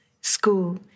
school